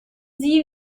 sie